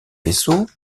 vaisseaux